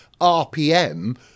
rpm